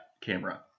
camera